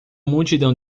multidão